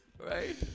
Right